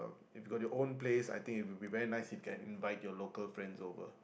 if you got your own place I think it would be very nice if you can invite your local friends over